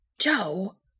Joe